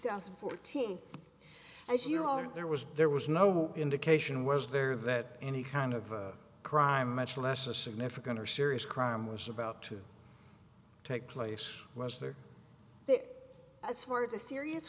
thousand and fourteen as you are there was there was no indication was there that any kind of a crime much less a significant or serious crime was about to take place was there it as words a serious